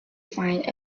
find